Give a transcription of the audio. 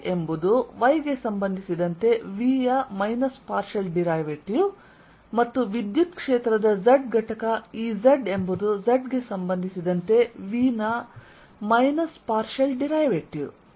Ey ಎಂಬುದು y ಗೆ ಸಂಬಂಧಿಸಿದಂತೆ V ನ ಮೈನಸ್ ಪಾರ್ಷಿಯಲ್ ಡಿರೈವೇಟಿವ್ ಮತ್ತು ವಿದ್ಯುತ್ ಕ್ಷೇತ್ರದ z ಘಟಕ Ez ಎಂಬುದು z ಗೆ ಸಂಬಂಧಿಸಿದಂತೆ V ನ ಮೈನಸ್ ಪಾರ್ಷಿಯಲ್ ಡಿರೈವೇಟಿವ್